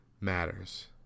matters